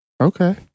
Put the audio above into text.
okay